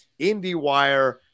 IndieWire